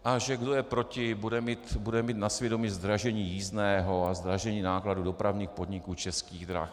A že kdo je proti, bude mít na svědomí zdražení jízdného a zdražení nákladů dopravních podniků, Českých drah atd.